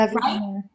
right